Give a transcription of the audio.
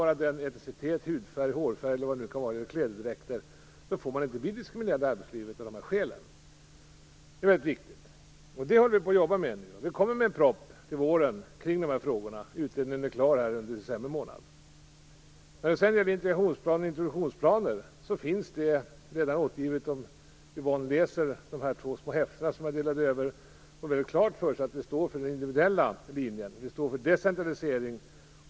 Oavsett etnisk identitet, hudfärg, hårfärg, klädedräkt eller vad det nu kan vara, får man inte bli diskriminerad i arbetslivet. Det är viktigt och det arbetar vi med nu. Vi lägger fram en proposition kring dessa frågor till våren. Utredningen skall vara klar under december månad. När det gäller integrations och introduktionsplaner finns det redan återgivet. Om Yvonne Ruwaida läser de båda häften som jag överlämnat kan hon få klart för sig att vi står för den individuella linjen. Vi står för decentralisering.